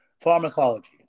pharmacology